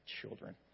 children